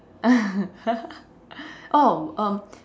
oh um